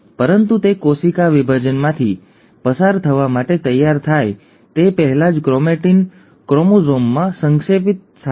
પરંતુ તે કોશિકા વિભાજનમાંથી પસાર થવા માટે તૈયાર થાય તે પહેલાં જ ક્રોમેટિન ક્રોમોઝોમમાં સંક્ષેપિત થાય છે